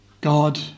God